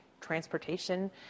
transportation